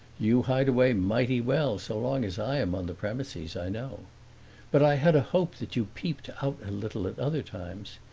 you hide away mighty well so long as i am on the premises, i know but i had a hope that you peeped out a little at other times.